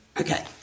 Okay